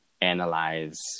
analyze